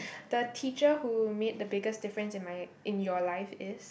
the teacher who make the biggest difference in my in your life is